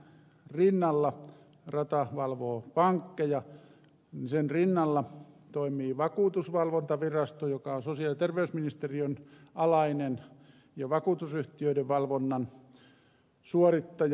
ratan joka valvoo pankkeja rinnalla toimii vakuutusvalvontavirasto joka on sosiaali ja terveysministeriön alainen ja vakuutusyhtiöiden valvonnan suorittaja